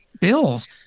bills